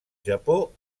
japó